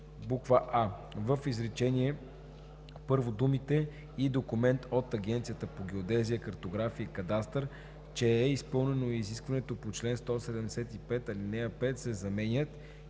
1: а) в изречение първо думите „и документ от Агенцията по геодезия, картография и кадастър, че е изпълнено изискването по чл. 175, ал. 5“ се заменят с